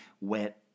wet